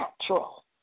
natural